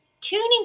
tuning